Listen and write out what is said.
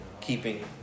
keeping